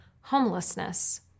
homelessness